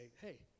hey